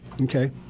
Okay